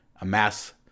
amass